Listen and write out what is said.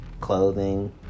clothing